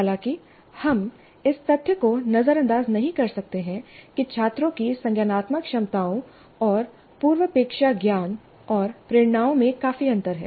हालांकि हम इस तथ्य को नजरअंदाज नहीं कर सकते हैं कि छात्रों की संज्ञानात्मक क्षमताओं और पूर्वापेक्षा ज्ञान और प्रेरणाओं में काफी अंतर है